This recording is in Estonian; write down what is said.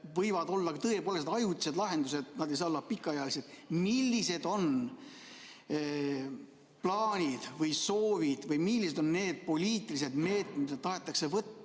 võivad olla tõepoolest ajutised lahendused, need ei saa olla pikaajalised. Millised on plaanid või soovid või millised on need poliitilised meetmed, mida tahetakse võtta